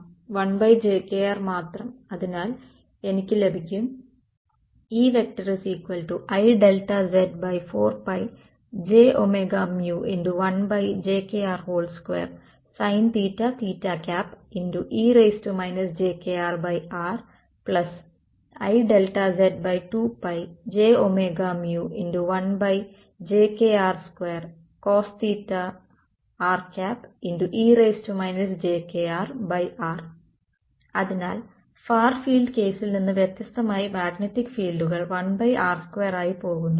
1jkr മാത്രം അതിനാൽ എനിക്ക് ലഭിക്കും EIΔz4j1jkr2sine jkrrIΔz2j1jkr2cosre jkrr അതിനാൽ ഫാർ ഫീൽഡ് കേസിൽ നിന്ന് വ്യത്യസ്തമായി മാഗ്നെറ്റിക് ഫീൾഡുകൾ 1r2 ആയി പോകുന്നു